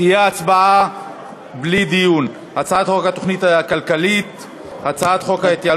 תהיה הצבעה בלי דיון: הצעת חוק התוכנית הכלכלית,